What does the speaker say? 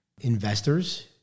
investors